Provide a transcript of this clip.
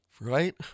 right